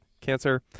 Cancer